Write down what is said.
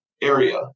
area